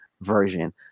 version